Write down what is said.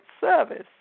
service